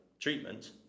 treatment